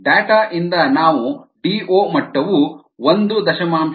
data ಇಂದ ನಾವು DO ಮಟ್ಟವು 1